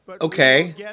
okay